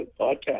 podcast